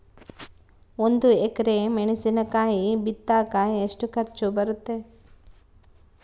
ಒಂದು ಎಕರೆ ಮೆಣಸಿನಕಾಯಿ ಬಿತ್ತಾಕ ಎಷ್ಟು ಖರ್ಚು ಬರುತ್ತೆ?